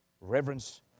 reverence